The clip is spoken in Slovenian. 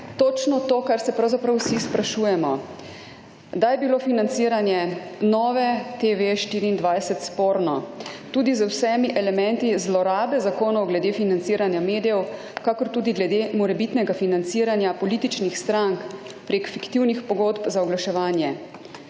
spraševali, še enkrat bom povedala, da je bilo financiranje Nove 24 TV sporno z vsemi elementi zlorabe zakonov glede financiranja medijev kakor tudi glede morebitnega financiranja političnih strank preko fiktivnih pogodb za oglaševanje.